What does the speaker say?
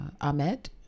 Ahmed